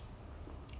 mm